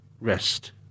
rest